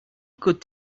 could